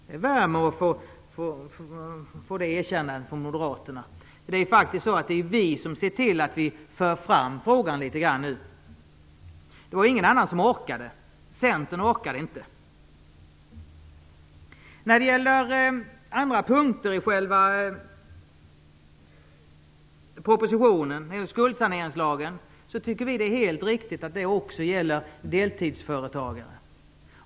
Det värmer att få det erkännandet från Moderaterna. Det är faktiskt Vänsterpartiet som ser till att vi nu för fram frågan litet grand. Det var ingen annan som orkade. Centern orkade inte. En annan punkt i propositionen gäller skuldsaneringslagen. Vi tycker att det är helt riktigt att den också gäller deltidsföretagare.